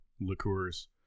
liqueurs